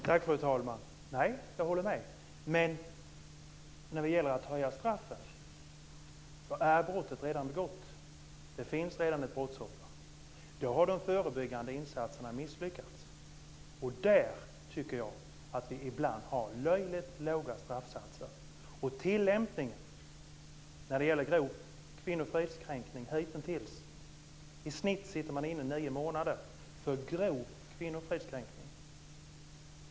Fru talman! Nej, det håller jag med om. Men det är ingen mening med att höja straffet när brottet redan är begått. Då finns det redan ett brottsoffer. Då har de förebyggande insatserna misslyckats. Jag tycker att vi ibland har löjligt låga straffsatser. I genomsnitt sitter man inne i nio månader för grov kvinnofridskränkning.